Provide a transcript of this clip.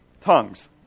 Tongues